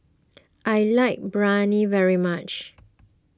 I like Biryani very much